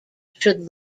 should